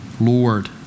Lord